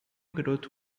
garoto